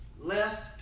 left